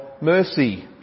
mercy